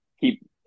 keep